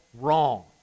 wrong